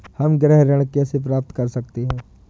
हम गृह ऋण कैसे प्राप्त कर सकते हैं?